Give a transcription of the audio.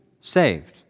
saved